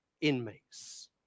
inmates